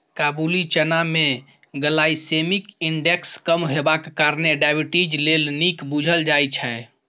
काबुली चना मे glycaemic index कम हेबाक कारणेँ डायबिटीज लेल नीक बुझल जाइ छै